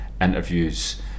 interviews